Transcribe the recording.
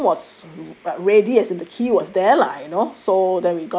uh room was uh ready as in the key was there lah you know